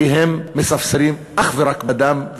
כי הם מספסרים אך ורק בדם,